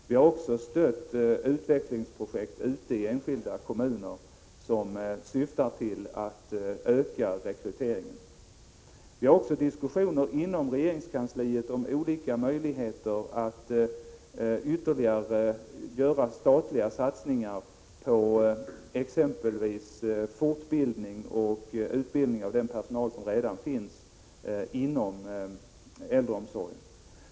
Vi har också stött utvecklingsprojekt ute i enskilda kommuner som syftar till att öka rekryteringen. Vi har också diskussioner inom regeringskansliet om olika möjligheter att göra ytterligare statliga satsningar på exempelvis fortbildning och utbildning av den personal som redan finns inom äldreomsorgen.